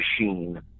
machine